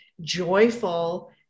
joyful